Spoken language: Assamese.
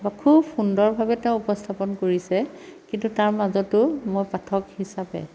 খুব সুন্দৰভাৱে তেওঁ উপস্থাপন কৰিছে কিন্তু তাৰ মাজতো মই পাঠক হিচাপে